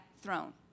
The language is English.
throne